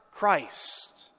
Christ